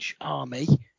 army